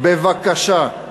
בבקשה.